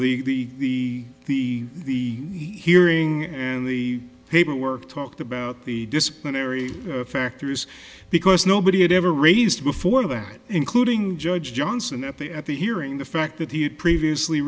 honor the the the hearing and the paperwork talked about the disciplinary factors because nobody had ever raised before that including judge johnson at the at the hearing the fact that he had previously